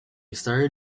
started